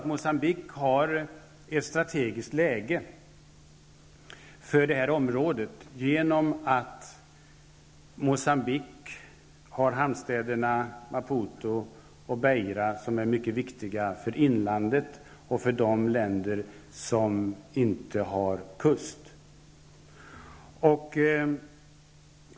Moçambique har ett strategiskt läge i området, genom att man har hamnstäderna Maputo och Beira, som är mycket viktiga för inlandet och de länder som inte har kust.